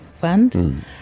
fund